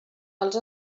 els